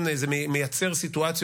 הודעה למזכיר הכנסת.